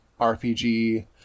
RPG